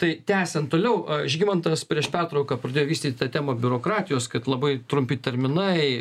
tai tęsiant toliau žygimantas prieš pertrauką pradėjo vystyti tą temą biurokratijos kad labai trumpi terminai